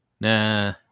Nah